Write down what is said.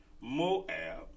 Moab